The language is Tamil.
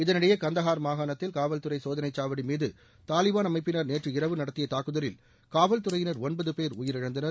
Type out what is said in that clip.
இதனிடையே கந்தகார் மாகாணத்தில் காவல்துறை சோதனை சாவடி மீது தாலிபான் அமைப்பினர் நேற்று இரவு நடத்திய தாக்குதலில் காவல்துறையினர் ஒன்பது பேர் உயிரிழந்தனர்